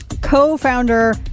Co-founder